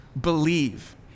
believe